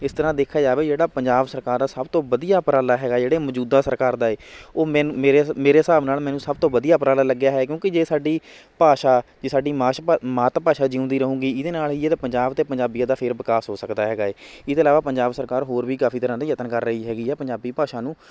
ਇਸ ਤਰ੍ਹਾਂ ਦੇਖਿਆ ਜਾਵੇ ਜਿਹੜਾ ਪੰਜਾਬ ਸਰਕਾਰ ਦਾ ਸਭ ਤੋਂ ਵਧੀਆ ਉਪਰਾਲਾ ਹੈਗਾ ਜਿਹੜੇ ਮੌਜੂਦਾ ਸਰਕਾਰ ਦਾ ਹੈ ਉਹ ਮੈਨੂੰ ਮੇਰੇ ਮੇਰੇ ਹਿਸਾਬ ਨਾਲ ਮੈਨੂੰ ਸਭ ਤੋਂ ਵਧੀਆ ਉਪਰਾਲਾ ਲੱਗਿਆ ਹੈ ਕਿਉਂਕਿ ਜੇ ਸਾਡੀ ਭਾਸ਼ਾ ਜੇ ਸਾਡੀ ਮਾਸ਼ ਭਾ ਮਾਤ ਭਾਸ਼ਾ ਜਿਊਂਦੀ ਰਹੇਗੀ ਇਹਦੇ ਨਾਲ਼ ਹੀ ਇਹਦਾ ਪੰਜਾਬ ਅਤੇ ਪੰਜਾਬੀਅਤ ਦਾ ਫੇਰ ਵਿਕਾਸ ਹੋ ਸਕਦਾ ਹੈਗਾ ਹੈ ਇਹਦੇ ਇਲਾਵਾ ਪੰਜਾਬ ਸਰਕਾਰ ਹੋਰ ਵੀ ਕਾਫੀ ਤਰ੍ਹਾਂ ਦੇ ਯਤਨ ਕਰ ਰਹੀ ਹੈਗੀ ਹੈ ਪੰਜਾਬੀ ਭਾਸ਼ਾ ਨੂੰ